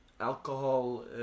Alcohol